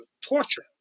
torture